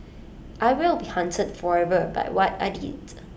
I will be haunted forever by what I did